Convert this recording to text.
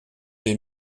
est